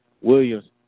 Williams